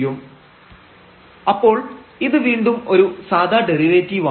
zf x y xϕ yψ അപ്പോൾ ഇത് വീണ്ടും ഒരു സാധാ ഡെറിവേറ്റീവാണ്